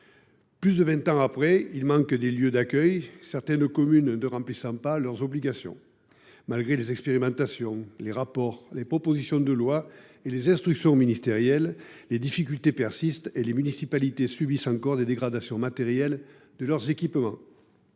Plus de vingt ans après, il manque des lieux d’accueil, certaines communes ne remplissant pas leurs obligations. Malgré les expérimentations, les rapports, les propositions de loi et les instructions ministérielles, des difficultés persistent et les municipalités subissent encore des dégradations matérielles de leurs équipements.